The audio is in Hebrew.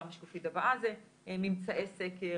גם בשקופית הבאה זה ממצאי סקר.